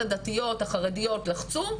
זה אחד הדברים למה בעצם חשוב שאתה תהיה